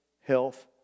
health